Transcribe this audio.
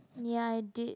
ya it did